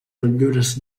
motllures